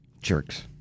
Jerks